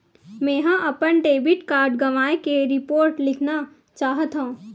मेंहा अपन debit card गवाए के रिपोर्ट लिखना चाहत हव